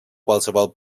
qualsevol